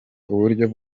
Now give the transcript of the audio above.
uburyo